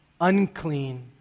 unclean